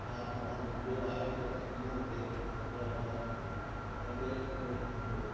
छा तव्हां ॿुधो आहे स्नॉ वेक हैदराबाद में कॾहिं उपलब्ध हूंदो